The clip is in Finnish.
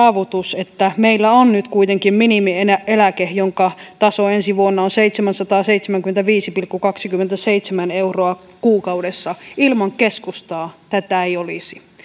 saavutus että meillä on nyt kuitenkin minimieläke jonka taso on ensi vuonna seitsemänsataaseitsemänkymmentäviisi pilkku kaksikymmentäseitsemän euroa kuukaudessa ilman keskustaa tätä ei olisi